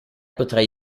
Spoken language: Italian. potrai